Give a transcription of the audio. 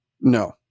No